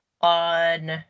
on